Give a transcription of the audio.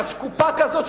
אסקופה כזאת,